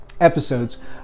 Episodes